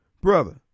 brother